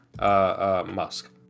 Musk